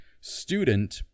student